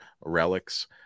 relics